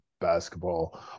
basketball